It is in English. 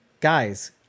Guys